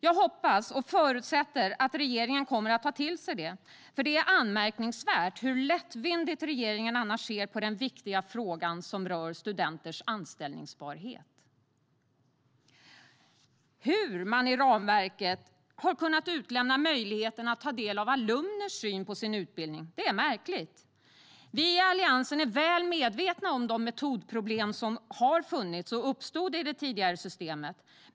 Jag hoppas och förutsätter att regeringen kommer att ta till sig detta, för det är anmärkningsvärt hur lättvindigt regeringen annars ser på den viktiga frågan som rör studenters anställbarhet. Hur man i ramverket kunnat utelämna möjligheten att ta del av alumners syn på sin utbildning är märkligt. Vi i Alliansen är väl medvetna om de metodproblem som uppstod i det tidigare systemet.